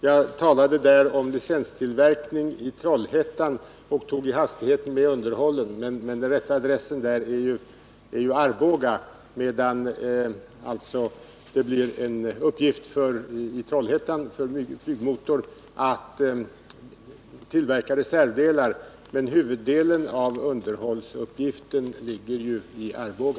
Jag talade där om licenstillverkning i Trollhättan och tog i hastigheten med underhållen, men den rätta adressen i det fallet är Arboga, medan det i Trollhättan blir en uppgift för Flygmotor AB att tillverka reservdelar. Huvuddelen av underhållsuppgiften ligger ju i Arboga.